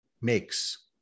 makes